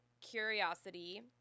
curiosity